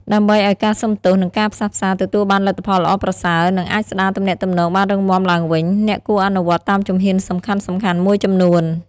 ដើម្បីឱ្យការសុំទោស និងការផ្សះផ្សាទទួលបានលទ្ធផលល្អប្រសើរ និងអាចស្ដារទំនាក់ទំនងបានរឹងមាំឡើងវិញ អ្នកគួរអនុវត្តតាមជំហានសំខាន់ៗមួយចំនួន។